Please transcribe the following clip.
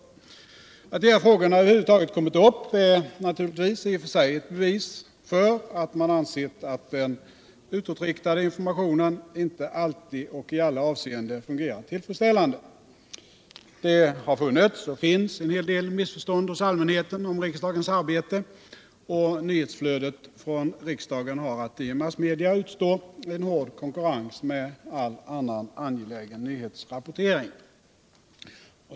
Att de här frågorna över huvud teget kommit upp är naturligtvis i sig ett bevis för att man ansett att den utåtriktade informationen inte alltid och i alla avseenden fungerat tillfredsställand2. Det har funnits och finns en hel del missförstånd hos allmänheten om r:ksdagens arbete, och nyhetsflödet från riksdagen har att i massmedia utstå en hård konkurrens med all annan angelägen nyhetsrapportering.